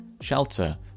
shelter